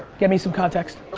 get me some context.